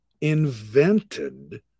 invented